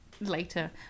later